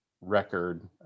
record